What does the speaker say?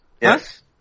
Yes